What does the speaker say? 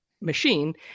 machine